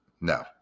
No